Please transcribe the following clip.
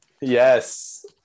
Yes